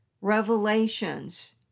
revelations